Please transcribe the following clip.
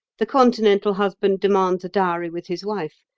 the continental husband demands a dowry with his wife,